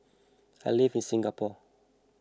I live in Singapore